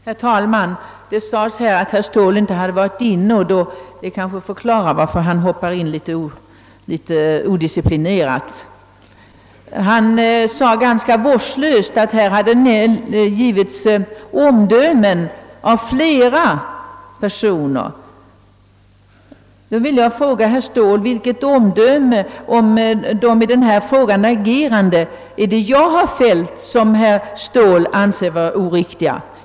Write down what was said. Herr talman! Det sades här att herr Ståhl inte hade varit inne i kammaren tidigare under debatten, och det kanske förklarar varför han hoppade in i den litet odisciplinerat. Han sade ganska vårdslöst att här hade fällts olämpliga omdömen av flera personer, Därför vill jag fråga herr Ståhl vilket omdöme jag som en av de agerande i denna fråga har fällt, som herr Ståhl anser oriktigt.